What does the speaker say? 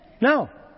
No